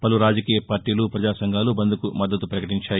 పలు రాజకీయ పార్టీలు పజాసంఘాలు బంద్కు మద్దతు పకటించాయి